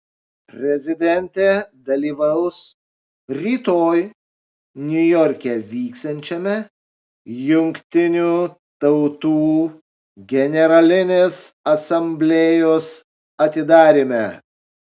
prezidentė dalyvaus rytoj niujorke vyksiančiame jungtinių tautų generalinės asamblėjos atidaryme